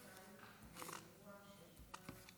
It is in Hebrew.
כבוד היושב-ראש,